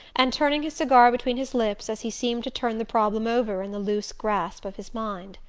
and turning his cigar between his lips as he seemed to turn the problem over in the loose grasp of his mind.